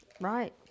Right